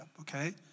okay